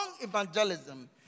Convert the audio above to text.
evangelism